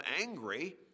angry